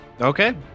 Okay